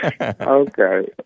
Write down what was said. Okay